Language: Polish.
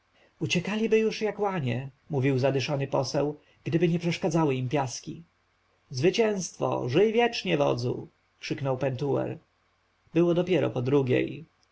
otoczeni uciekaliby już jak łanie mówił zadyszany poseł gdyby nie przeszkadzały im piaski zwycięstwo żyj wiecznie wodzu krzyknął pentuer było dopiero po drugiej